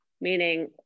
meaning